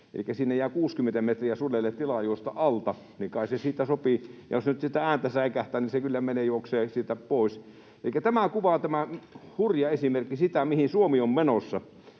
elikkä sinne jää 60 metriä sudelle tilaa juosta alta, niin kai se siitä sopii, ja jos se nyt sitä ääntä säikähtää, niin se kyllä juoksee siitä pois. Elikkä tämä hurja esimerkki kuvaa sitä, mihin Suomi on menossa.